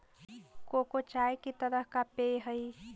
cocoa चाय की तरह का पेय हई